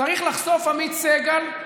צריך לחשוף עמית סגל?